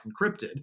encrypted